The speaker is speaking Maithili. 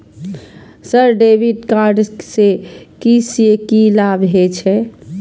सर डेबिट कार्ड से की से की लाभ हे छे?